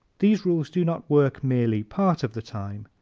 these rules do not work merely part of the time.